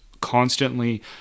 constantly